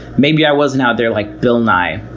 maybe i wasn't out there like bill nye,